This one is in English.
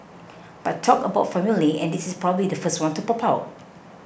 but talk about formulae and this is probably the first one to pop out